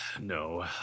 No